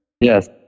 Yes